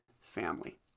family